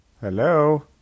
Hello